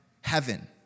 heaven